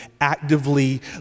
actively